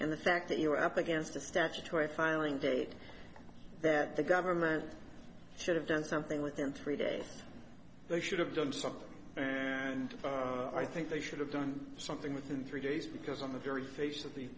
and the fact that you're up against a statutory filing date that the government should have done something within three days they should have done something and i think they should have done something within three days because on the very face of the